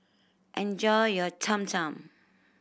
enjoy your Cham Cham